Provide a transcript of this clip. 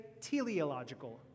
teleological